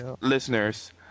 listeners